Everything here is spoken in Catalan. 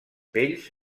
pells